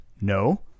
no